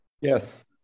Yes